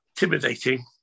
intimidating